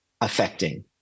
affecting